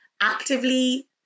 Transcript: actively